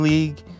League